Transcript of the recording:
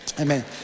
amen